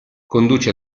conduce